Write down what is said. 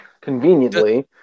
Conveniently